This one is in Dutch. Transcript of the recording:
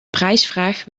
prijsvraag